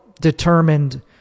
determined